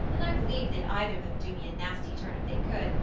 and i believe they'd either of them do me a nasty turn if they could.